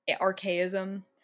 archaism